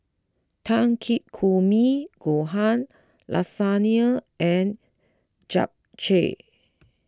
Takikomi Gohan Lasagne and Japchae